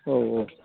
औ औ